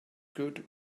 good